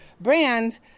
brand